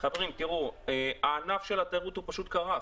חברים, תראו, ענף התיירות פשוט קרס.